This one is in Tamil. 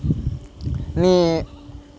நீ